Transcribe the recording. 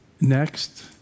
next